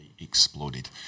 Exploded